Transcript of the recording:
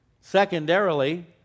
Secondarily